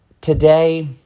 Today